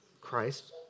Christ